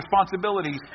responsibilities